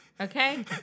Okay